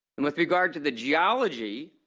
and with regard to the geology,